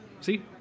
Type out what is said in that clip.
See